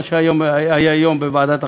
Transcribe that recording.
מה שהיה היום בוועדת החוקה?